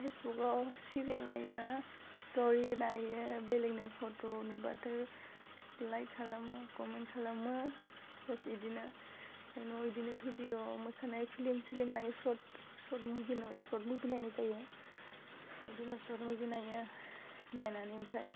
फेसबुकआव सिरियाल नायो स्टरि नायो बेलेगनि फट' नुबाथाय लाइक खालामो कमेन्ट खालामो बास बिदिनो न'वाव बिदिनो भिडिअ' मोसानाय फिल्म थिलिम नायो शर्ट शर्ट मुभिन' शर्ट मुभि नायनाय जायो बिदिनो शर्ट मुभि नायो नायनानै ओमफ्राय